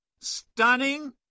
stunning